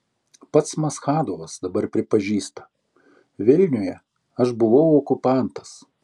pats maschadovas dabar pripažįsta vilniuje aš buvau okupantas